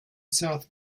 south